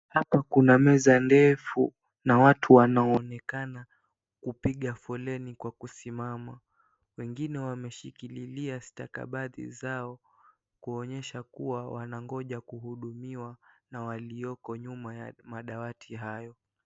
Hapa kuna meza ndefu na watu wanaonekana kupiga foleni kwa kusimama, wengine wameshikilia stakabadhi zao kuonyesha kuwa wanangoja kuhudumiwa na walioko nyuma ya madawati hayo.